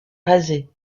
rasée